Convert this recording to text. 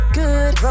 good